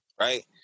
right